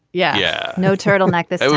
yeah. yeah. no turtleneck. this